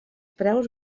preus